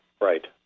Right